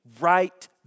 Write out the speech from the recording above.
right